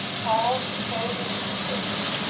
called and chosen and faithful.